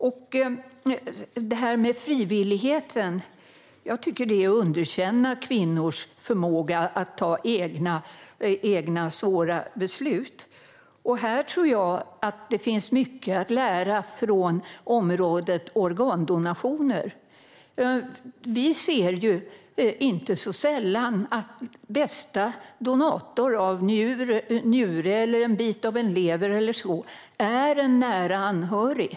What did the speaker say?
När det gäller frivilligheten tycker jag att det här är att underkänna kvinnors förmåga att fatta egna svåra beslut. Här tror jag att det finns mycket att lära från området organdonationer. Vi ser ju inte sällan att den bästa donatorn av en njure, en bit av en lever eller annat är en nära anhörig.